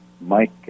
Mike